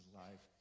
life